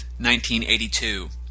1982